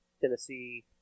Tennessee